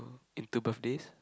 into birthdays